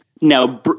Now